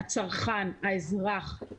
הצרכן, האזרח,